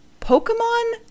Pokemon